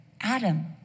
Adam